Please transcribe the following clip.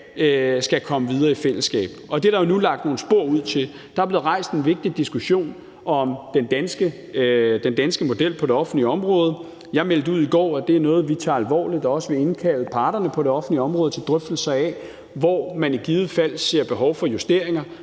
skal komme videre i fællesskab, og det er der jo nu lagt nogle spor ud til. Der er blevet rejst en vigtig diskussion om den danske model på det offentlige område. Jeg meldte ud i går, at det er noget, vi tager alvorligt, og vi vil også indkalde parterne på det offentlige område til drøftelser af, hvor man i givet fald ser behov for justeringer.